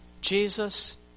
Jesus